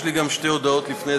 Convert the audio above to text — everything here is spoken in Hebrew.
יש לי גם שתי הודעות לפני,